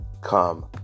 come